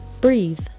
Breathe